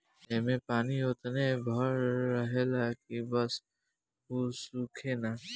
ऐमे पानी ओतने भर रहेला की बस उ सूखे ना